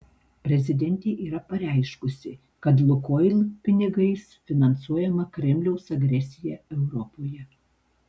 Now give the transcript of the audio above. prezidentė yra pareiškusi kad lukoil pinigais finansuojama kremliaus agresija europoje